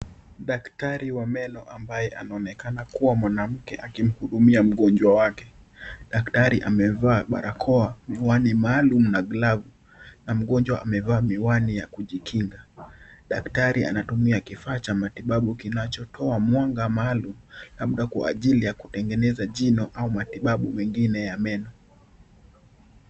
Daktari wa meno ambaye anaonekana kuwa mwanamke akimhudumia mgonjwa wake, daktari amevaa barakoa, miwani maalum, na glavu na mgonjwa amevaa miwani ya kujikinga. Daktari anatumia kifaa cha matibabu kinachotoa mwanga maalum labda kwa ajili ya kutengeneza jino au matibabu mengine ya meno.